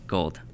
Gold